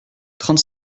trente